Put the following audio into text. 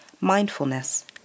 mindfulness